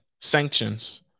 sanctions